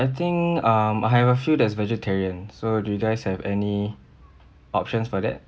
I think um I have a few that's vegetarian so do you guys have any options for that